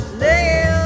live